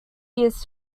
years